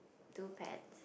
two pets